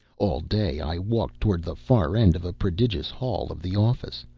all day i walked towards the far end of a prodigious hall of the office,